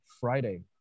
Friday